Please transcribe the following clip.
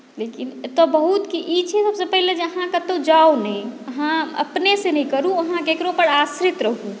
लेकिन एतय बहुत कि ई छै जे सभसँ पहिने अहाँ कतहु जाउ नहि अहाँ अपनेसँ नहि करू अहाँ ककरहुपर आश्रित रहू